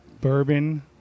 bourbon